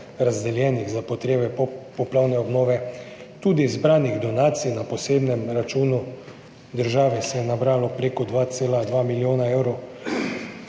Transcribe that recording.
razdeljenih za potrebe popoplavne obnove. Tudi zbranih donacij na posebnem računu države se je nabralo prek 2,2 milijona evrov.